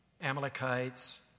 Amalekites